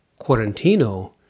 Quarantino